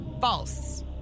False